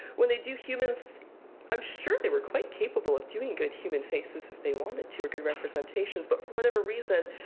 when they do humans i'm sure they were quite capable of doing good human faces, if they wanted to, or good representations. but for whatever reason,